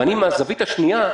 מהזווית השנייה,